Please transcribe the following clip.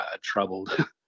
troubled